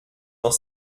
dans